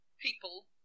people